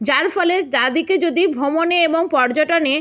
যার ফলে যাদেরকে যদি ভ্রমণে এবং পর্যটনে